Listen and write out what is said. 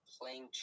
Playing